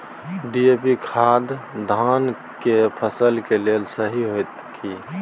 DAP खाद धान के फसल के लेल सही होतय की?